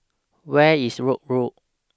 Where IS Road